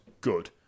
Good